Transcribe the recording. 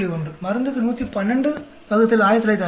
மருந்துக்கு 1121966